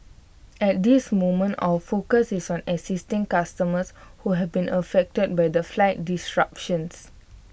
at this moment our focus is on assisting customers who have been affected by the flight disruptions